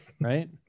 Right